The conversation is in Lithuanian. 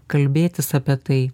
kalbėtis apie tai